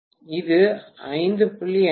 மாணவர் 1547 பேராசிரியர் இது 5